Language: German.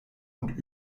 und